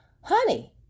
honey